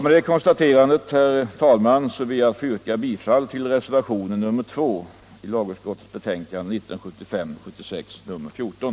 Med det konstaterandet, herr talman, vill jag yrka bifall till reservationen 2 vid lagutskottets betänkande 1975/76:14.